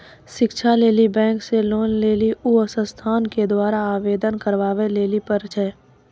शिक्षा लेली बैंक से लोन लेली उ संस्थान के द्वारा आवेदन करबाबै लेली पर छै?